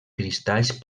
cristalls